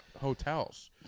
hotels